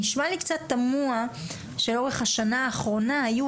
נשמע לי קצת תמוה שלאורך השנה האחרונה היו